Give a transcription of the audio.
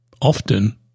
often